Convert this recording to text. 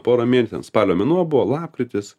porą mėnesių ten spalio mėnuo buvo lapkritis